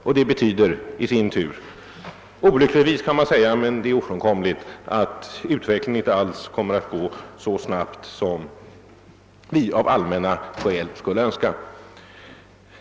Detta betyder i sin tur — olyckligtvis kanske, men ofrånkomligt — att utvecklingen inte kommer att gå alls så snabbt som vi allmänt önskar.